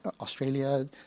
Australia